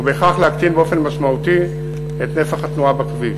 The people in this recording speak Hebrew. ובכך להקטין באופן משמעותי את נפח התנועה בכביש.